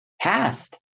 past